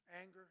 Anger